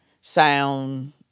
sound